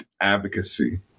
advocacy